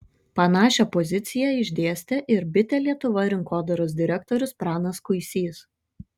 panašią poziciją išdėstė ir bitė lietuva rinkodaros direktorius pranas kuisys